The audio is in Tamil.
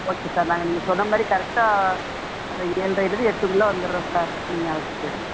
ஓகே சார் நாங்கள் நீங்கள் சொன்னமாதிரி கரெக்டாக அந்த ஏழ்ரையிலருந்து எட்டுக்குள்ளே வந்துறோம் சார் நீங்கள் அழைச்சிட்டு போயிவிடுங்க